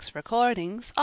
recordings